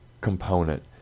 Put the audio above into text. component